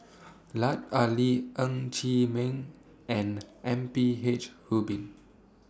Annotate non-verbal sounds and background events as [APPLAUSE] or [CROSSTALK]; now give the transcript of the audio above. Lut Ali Ng Chee Meng and M P H Rubin [NOISE]